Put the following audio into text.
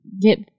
get